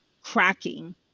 cracking